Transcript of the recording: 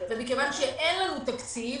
וכיוון שאין לנו תקציב,